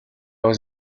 was